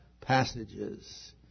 passages